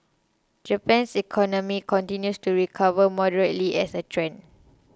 Japan's economy continues to recover moderately as a trend